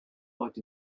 point